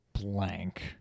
Blank